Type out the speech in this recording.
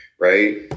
Right